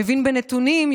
מבין בנתונים,